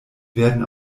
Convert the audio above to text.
werden